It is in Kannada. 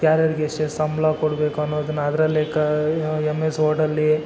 ಯಾರು ಯಾರ್ಗೆ ಎಷ್ಟೆಷ್ಟು ಸಂಬಳ ಕೊಡಬೇಕು ಅನ್ನೋದನ್ನು ಅದರಲ್ಲೇ ಕ ಎಮ್ಎಸ್ ವರ್ಡಲ್ಲಿ